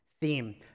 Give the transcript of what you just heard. theme